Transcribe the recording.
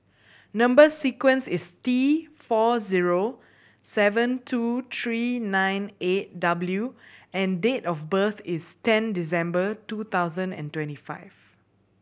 number sequence is T four zero seven two three nine eight W and date of birth is ten December two thousand and twenty five